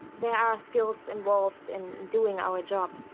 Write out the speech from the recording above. there are skills involved in doing our job.